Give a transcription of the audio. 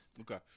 Okay